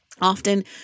Often